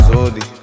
Zodi